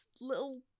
little